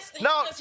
no